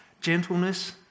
gentleness